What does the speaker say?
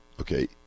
Okay